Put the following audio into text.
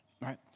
right